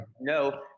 no